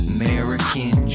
American